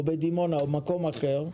בדימונה או במקום אחר,